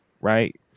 right